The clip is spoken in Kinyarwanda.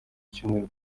cyumweru